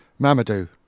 Mamadou